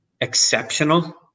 exceptional